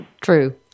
True